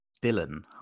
Dylan